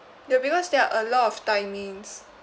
ya because there are a lot of timings